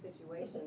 situation